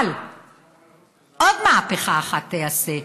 אבל עוד מהפכה אחת תיעשה,